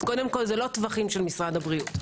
אז זה לא טווחים של משרד הבריאות.